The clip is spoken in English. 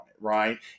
right